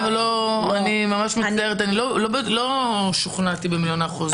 ממש מצטערת, לא שוכנעתי במיליון האחוז.